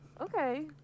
okay